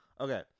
Okay